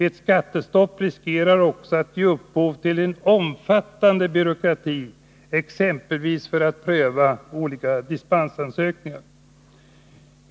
Ett skattestopp riskerar också att ge upphov till en omfattande byråkrati, exempelvis när olika dispensansökningar skall prövas.